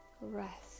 rest